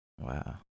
wow